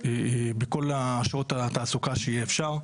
בכל שעות התעסוקה שיהיה אפשר,